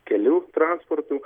kelių transportu